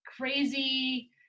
crazy